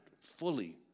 fully